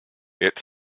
its